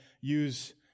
use